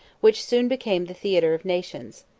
which soon became the theatre of nations.